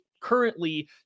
currently